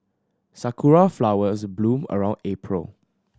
sakura flowers bloom around April